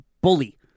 bully